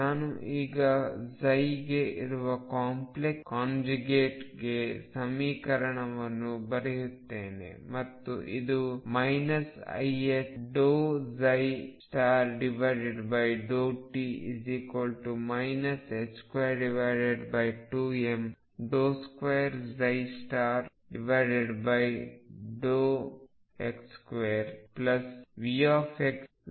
ನಾನು ಈಗ ಗೆ ಇರುವ ಕಾಂಪ್ಲೆಕ್ಸ್ ಕಂಜುಗೇಟ್ಗೆ ಸಮೀಕರಣವನ್ನು ಬರೆಯುತ್ತೇನೆ ಮತ್ತು ಇದು iℏ∂t 22m2x2Vx ಆಗುತ್ತದೆ